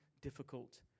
difficult